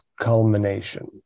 culmination